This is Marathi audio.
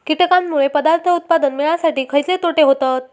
कीटकांनमुळे पदार्थ उत्पादन मिळासाठी खयचे तोटे होतत?